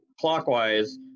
clockwise